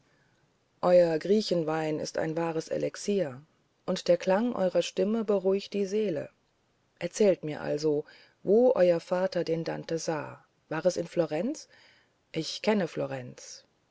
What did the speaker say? euer griechenwein ist ein wahres elixir und der klang eurer stimme beruhigt die seele erzählt mir also wo euer vater den dante sah war es in florenz ich kenne florenz